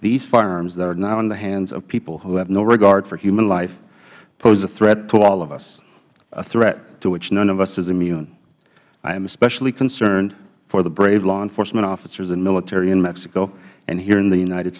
these firearms that are now in the hands of people who have no regard for human life pose a threat to all of us a threat to which none of us is immune i am especially concerned for the brave law enforcement officers and military in mexico and here in the united